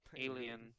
Alien